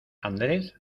andrés